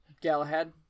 Galahad